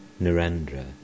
Narendra